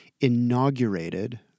inaugurated